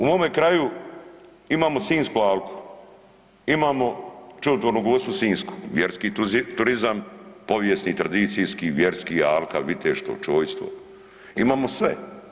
U mome kraju imamo Sinjsku alku, imamo Čudotvornu Gospu Sinjsku, vjerski turizam, povijesni, tradicijski, vjerski, alka, viteštvo, čojstvo, imamo sve.